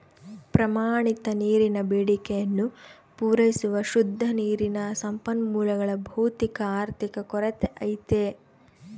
ಪ್ರಮಾಣಿತ ನೀರಿನ ಬೇಡಿಕೆಯನ್ನು ಪೂರೈಸುವ ಶುದ್ಧ ನೀರಿನ ಸಂಪನ್ಮೂಲಗಳ ಭೌತಿಕ ಆರ್ಥಿಕ ಕೊರತೆ ಐತೆ